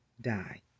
die